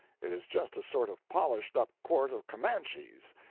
it is just a sort of polished-up court of comanches,